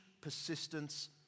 Persistence